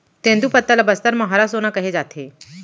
तेंदूपत्ता ल बस्तर म हरा सोना कहे जाथे